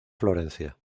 florencia